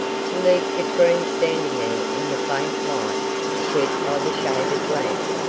to leave katrine standing there in the faint light shed by the shaded lamp.